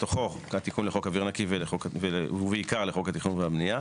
בתוכו התיקון לחוק אוויר נקי ובעיקר לחוק התכנון והבנייה.